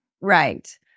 Right